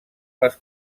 les